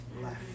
left